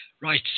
right